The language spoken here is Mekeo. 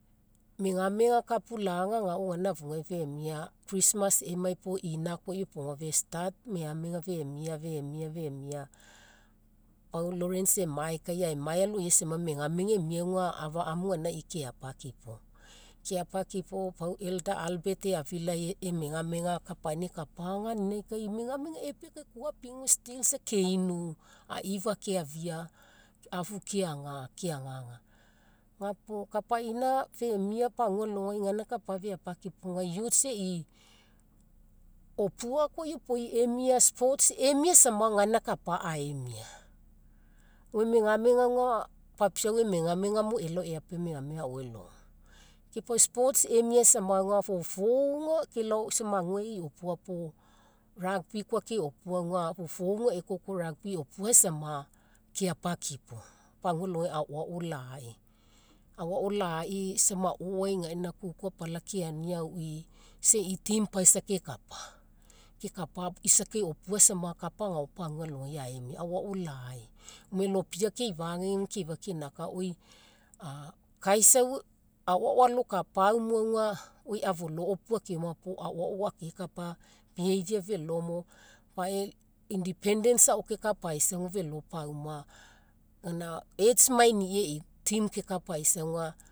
Megamega kapulaga agao gaina afugai femiaz christmas emai puo ina koa iopoga fe start femi femia femia. Pau lawrence emaekai, aemae aloisai megamega emia auga afa amu gainai keapakipo. Keapakipo pau elder albert eafilai emegamega kapaina ekapa ganinagai kai, megamega epea kai kua apie isa still keinu aifa keafia, afu keaga keagaga. Ga puo kapaina femia pagua alogai gaina kapa feapakipo auga youths e'i opua koa iopoi emia sports emia samagai gaina kap a aemia. Gome megamega auga, papiau emegamega mo elao eapa megamega ao elogo. Ke pau sports emia sama fofouga elaokelao isa maguai e'i opua puo rugby koa keopua auga fofouga ekoko rugby eopua sama, keapakipo pagua alogai aoao lai. Aoao lai isa maoai gaina kuku apala keania auii isa e'i team paisa kekapa, isa akeopua sama kapa agao paguai aemia aoao lai gome lopia keifagai keifa keinaka kaisau aoao alokapai aumu auga, oi afolopua keoma puo aoao akekapa behaviorfelo mo. Fae independence ao kekapaisa auga felo pauma gaina hets maini e'i team kekapaisa auga